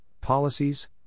policies